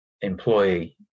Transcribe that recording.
employee